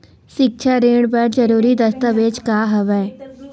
सिक्छा ऋण बर जरूरी दस्तावेज का हवय?